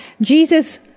Jesus